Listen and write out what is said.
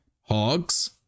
Hogs